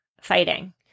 fighting